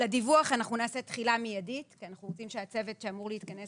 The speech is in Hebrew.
לדיווח אנחנו נעשה תחילה מיידית כי אנחנו רוצים שהצוות שאמור להתכנס